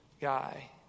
guy